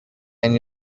and